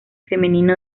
femenino